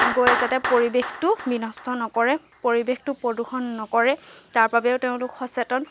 গৈ যাতে পৰিৱেশতো বিনষ্ট নকৰে পৰিৱেশতো প্ৰদূষণ নকৰে তাৰ বাবেও তেওঁলোক সচেতন